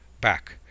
back